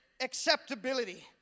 acceptability